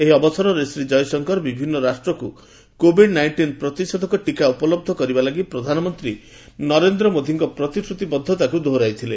ଏହି ଅବସରରେ ଶ୍ରୀ ଜୟଶଙ୍କର ବିଭିନ୍ନ ରାଷ୍ଟ୍ରକୁ କୋଭିଡ୍ ନାଇଷ୍ଟିନ୍ ପ୍ରତିଷେଧକ ଟୀକା ଉପଲବ୍ଧ କରିବା ଲାଗି ପ୍ରଧାନମନ୍ତ୍ରୀ ନରେନ୍ଦ୍ର ମୋଦି ପ୍ରତିଶ୍ରତିବଦ୍ଧତାକୁ ଦୋହରାଇଥିଲେ